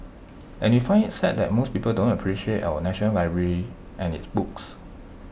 and we find IT sad that most people don't appreciate our National Library and its books